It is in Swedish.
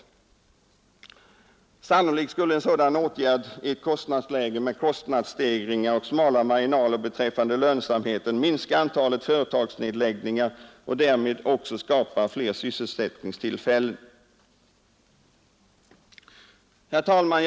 Sannolikt skulle en sådan åtgärd i ett läge med kostnadsstegringar och smala marginaler beträffande lönsamheten minska antalet företagsnedläggningar och därmed också skapa flera sysselsättningstillfällen. Herr talman!